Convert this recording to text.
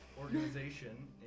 organization